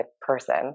person